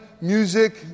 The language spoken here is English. music